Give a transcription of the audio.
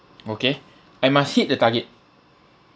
okay I must hit the target